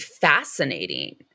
fascinating